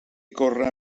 corre